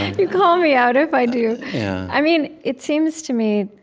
you call me out if i do yeah i mean, it seems to me,